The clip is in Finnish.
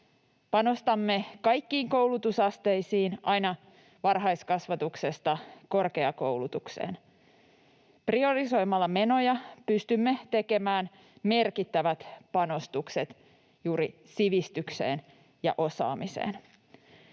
Panostamme kaikkiin koulutusasteisiin aina varhaiskasvatuksesta korkeakoulutukseen. Priorisoimalla menoja pystymme tekemään merkittävät panostukset juuri sivistykseen ja osaamiseen.